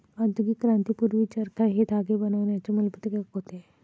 औद्योगिक क्रांती पूर्वी, चरखा हे धागे बनवण्याचे मूलभूत एकक होते